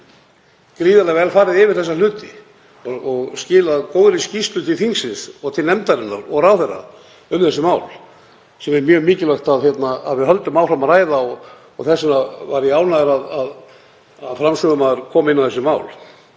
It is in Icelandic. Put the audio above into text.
var gríðarlega vel farið yfir þá hluti og skilað góðri skýrslu til þingsins og til nefndarinnar og ráðherra um þau mál, sem er mjög mikilvægt að við höldum áfram að ræða og þess vegna var ég ánægður að framsögumaður kom inn á þau mál.